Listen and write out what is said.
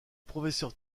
professeur